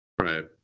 Right